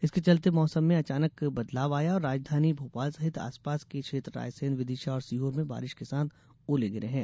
इसके चलते मौसम में अचानक बदलाव आया और राजधानी भोपाल सहित आसपास के क्षेत्र रायसेन विदिशा और सीहोर में बारिश के साथ ओले गिरे हैं